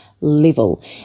level